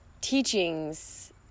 teachings